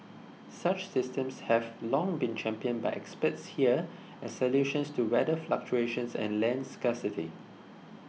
such systems have long been championed by experts here as solutions to weather fluctuations and land scarcity